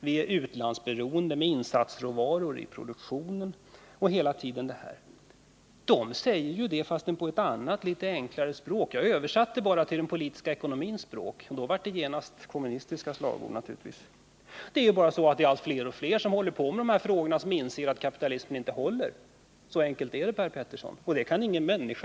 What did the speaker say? Vi är utlandsberoende när det gäller insatsråvaror i produktionen osv. Överstyrelsen för ekonomiskt försvar säger ju detta men på ett annat och litet enklare språk. Jag översatte bara till den politiska ekonomins språk, men då hette det naturligtvis att det var kommunistiska slagord. Allt fler ägnar sig åt dessa frågor och inser att kapitalismen inte håller. Så enkelt är det, Per Petersson — det kan ingen förneka.